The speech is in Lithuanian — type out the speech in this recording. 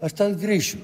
aš ten grįšiu